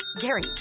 Gary